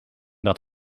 dat